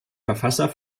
verfasser